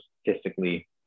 statistically